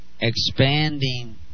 expanding